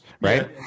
right